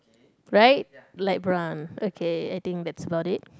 right light brown okay I think that's about it